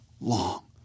long